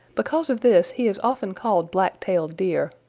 because of this he is often called blacktailed deer,